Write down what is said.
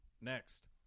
Next